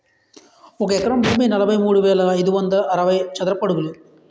ఒక ఎకరం భూమి నలభై మూడు వేల ఐదు వందల అరవై చదరపు అడుగులు